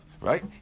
right